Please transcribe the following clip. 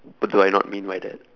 what do I not mean by that